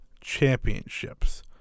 Championships